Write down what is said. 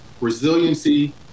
resiliency